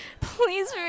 Please